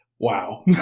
wow